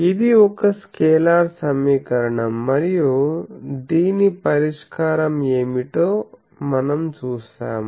ఇది ఒక స్కేలార్ సమీకరణం మరియు దీని పరిష్కారం ఏమిటో మనము చూసాము